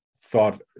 thought